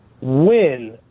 win